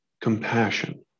compassion